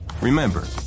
Remember